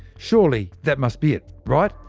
surely that must be it, right?